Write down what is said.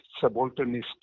subalternist